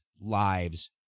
lives